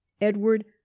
Edward